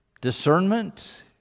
Discernment